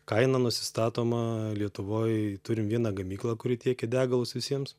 kaina nusistatoma lietuvoj turim vieną gamyklą kuri tiekia degalus visiems